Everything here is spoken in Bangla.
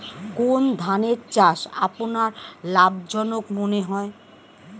কোন ধানের চাষ আপনার লাভজনক মনে হয়?